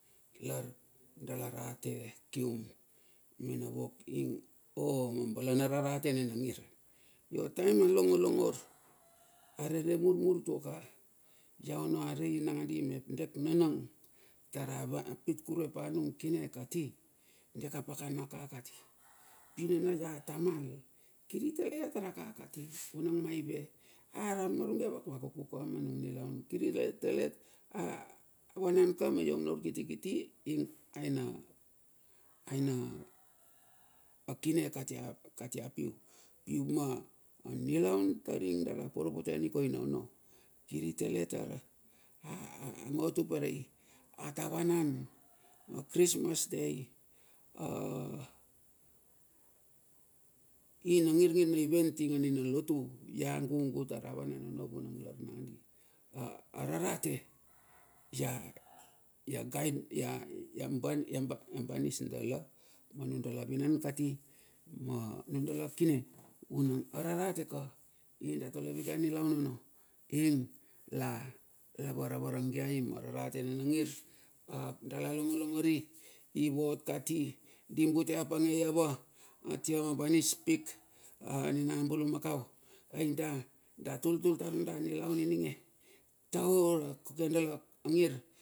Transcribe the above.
Lar dala rate kium mena wok ing o ma balana rarate nina ngir. Io taem a longolongor, arere murmur tua ka. ia ono arei nangandi mep dek nanang tara pit kurue pa nung kine kati. dek a pakana ka kati. pinana ia tamal, kiri tale ia tara ka kati, vunang maive? Ararmarunge vakvakuku ka manung nilaun. Kira rei urep, avanan ka mena urkitikiti ing aena, aena kine katia, katia piu, pima anilaun tar ing dala poro pote a nikoina ono, kiri tale tara ngo tuperei, ata vanan a krismas day. ing na ngirngir na event ing ani na lotu, ia a gugu tara vanan ono vunang lar nandi. Ararate ia gaid, ia banis dala manu dala vinan kati, manudala kine, vunang ararte ka, ing da tole vake anilaun ono. Ing la vara varagiai ma rarate nina ngir, ap dala longo longori ivot kati di bute a pangei ava? Atia ma banis pik ani na bulumakau ai da, da tul tul tar anunda nilaun ininge taura koke dala angir.